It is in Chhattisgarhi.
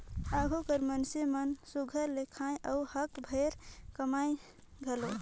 आघु कर मइनसे मन सुग्घर ले खाएं अउ हक भेर कमाएं घलो